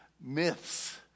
myths